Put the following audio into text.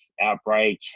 outbreak